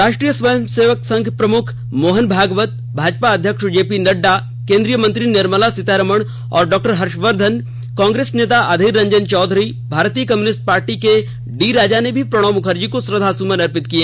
राष्ट्रीय स्वयं सेवक संघ प्रमुख मोहन भागवत भाजपा अध्यक्ष जेपी नड्डा केंद्रीय मंत्री निर्मला सीतारामन और डॉ हर्षवर्धन कांग्रेस नेता अधीर रंजन चौधरी भारतीय कम्युनिस्ट पार्टी के डी राजा ने भी प्रणब मुखर्जी को श्रद्धासुमन अर्पित किए